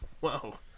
Wow